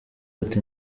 ati